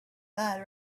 that